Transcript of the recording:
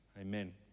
Amen